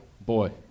Boy